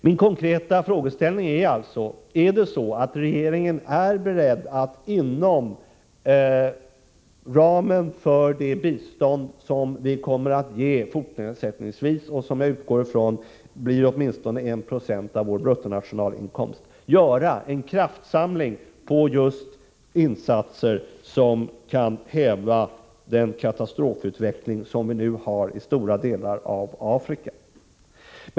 Min konkreta frågeställning är alltså: Är regeringen beredd att inom ramen för det bistånd som vi kommer att ge fortsättningsvis och som jag utgår ifrån blir åtminstone 1 20 av vår bruttonationalinkomst göra en kraftsamling på just insatser som kan häva den katastrofala utveckling vi nu kan iaktta i stora delar av Afrika?